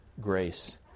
grace